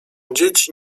dzieci